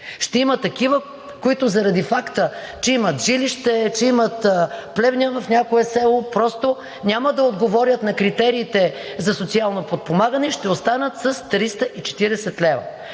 Ще има такива, които заради факта, че имат жилище, че имат плевня в някое село, просто няма да отговорят на критериите за социално подпомагане и ще останат с 340 лв.